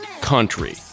country